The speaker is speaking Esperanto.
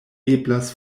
eblas